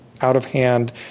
out-of-hand